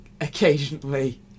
occasionally